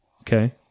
Okay